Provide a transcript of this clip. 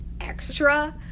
extra